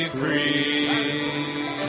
free